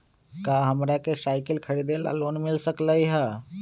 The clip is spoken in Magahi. का हमरा के साईकिल खरीदे ला लोन मिल सकलई ह?